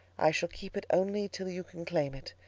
i shall keep it only till you can claim it.